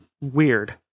weird